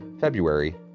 February